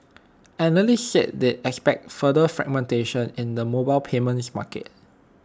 analysts said they expect further fragmentation in the mobile payments market